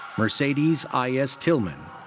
mercedes i s. tillman.